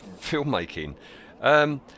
filmmaking